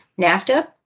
NAFTA